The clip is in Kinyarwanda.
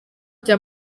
cya